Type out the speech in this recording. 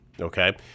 okay